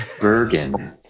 Bergen